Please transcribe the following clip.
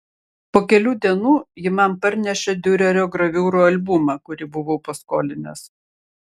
po kelių dienų ji man parnešė diurerio graviūrų albumą kurį buvau paskolinęs